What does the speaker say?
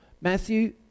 Matthew